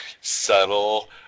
subtle